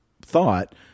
thought